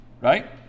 right